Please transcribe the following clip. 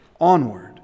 onward